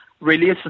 release